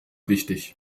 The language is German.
wichtig